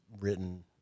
written